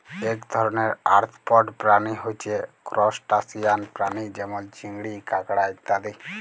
এক ধরণের আর্থ্রপড প্রাণী হচ্যে ত্রুসটাসিয়ান প্রাণী যেমল চিংড়ি, কাঁকড়া ইত্যাদি